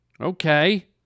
Okay